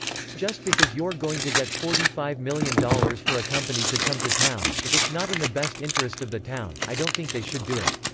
just because you're going to get forty five million dollars for a company to come to town if it's not in the best interest of the town, i don't think they should do it.